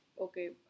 okay